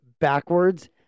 backwards